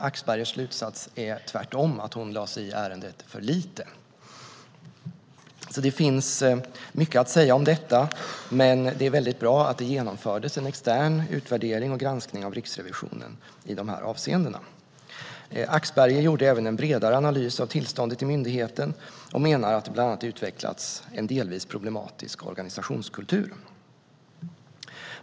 Axbergers slutsats är tvärtom att hon lade sig i ärendet för lite. Det finns alltså mycket att säga om detta, men det är väldigt bra att det genomfördes en extern utvärdering och granskning av Riksrevisionen i de här avseendena. Axberger gjorde även en bredare analys av tillståndet i myndigheten och menar att det bland annat utvecklats en delvis problematisk organisationskultur.